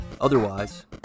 Otherwise